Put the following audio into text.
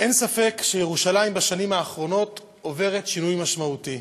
אין ספק שירושלים בשנים האחרונות עוברת שינוי משמעותי,